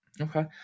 Okay